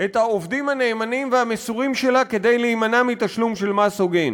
את העובדים הנאמנים והמסורים שלה כדי להימנע מתשלום של מס הוגן.